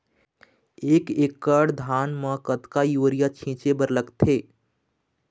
एक एकड़ धान म कतका यूरिया छींचे बर लगथे?